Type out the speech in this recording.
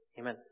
Amen